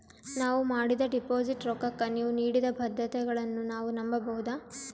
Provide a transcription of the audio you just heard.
ನಾವು ಮಾಡಿದ ಡಿಪಾಜಿಟ್ ರೊಕ್ಕಕ್ಕ ನೀವು ನೀಡಿದ ಭದ್ರತೆಗಳನ್ನು ನಾವು ನಂಬಬಹುದಾ?